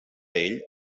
ell